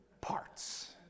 parts